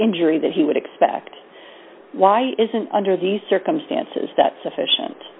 injury that he would expect why isn't under the circumstances that sufficient